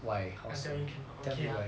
I tell you can or not okay ah